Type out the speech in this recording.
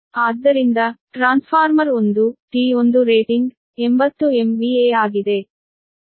ಆದ್ದರಿಂದ transformer 1 T1 rating 80 MVA ಆಗಿದೆ